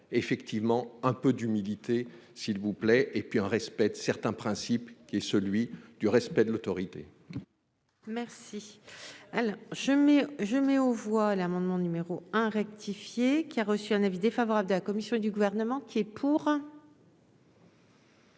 effectivement un peu d'humidité, s'il vous plaît, et puis un respect de certains principes qui est celui du respect de l'autorité. Merci. Alors je mets je mets aux voix l'amendement numéro 1, rectifier, qui a reçu un avis défavorable de la commission et du gouvernement. Qui est pour.